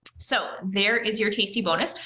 so, there is your tasty bonus,